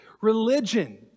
religion